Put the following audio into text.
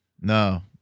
No